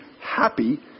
happy